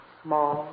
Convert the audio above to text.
small